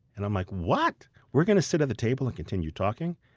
and i'm like, what? we're going to sit at the table and continue talking?